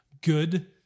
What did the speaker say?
good